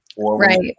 Right